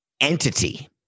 entity